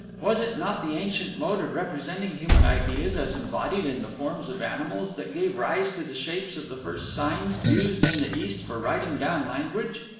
was it not the ancient mode of representing human ideas as embodied in the forms of animals that gave rise to the shapes of the first signs used in the east for writing down language?